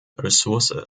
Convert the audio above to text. ressource